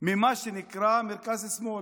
מה שנקרא מרכז-שמאל.